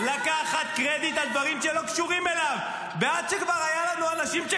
בודד אותנו מהעולם,